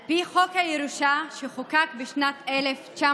על פי חוק הירושה שחוקק בשנת 1965,